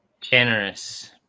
Generous